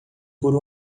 por